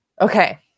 Okay